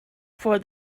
for